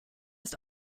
ist